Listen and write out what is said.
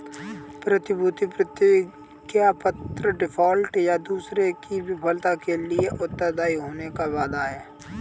प्रतिभूति प्रतिज्ञापत्र डिफ़ॉल्ट, या दूसरे की विफलता के लिए उत्तरदायी होने का वादा है